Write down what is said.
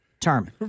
term